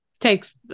takes